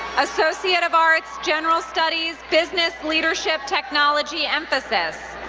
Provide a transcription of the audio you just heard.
associate of arts, general studies, business, leadership, technology emphasis.